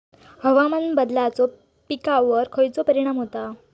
हवामान बदलाचो पिकावर खयचो परिणाम होता?